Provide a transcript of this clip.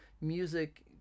music